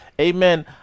amen